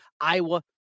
Iowa